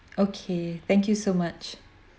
okay thank you so much